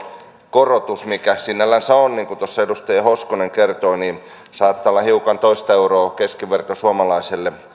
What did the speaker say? korotus mikä sinällänsä niin kuin tuossa edustaja hoskonen kertoi saattaa olla hiukan toista euroa keskivertosuomalaiselle